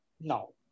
No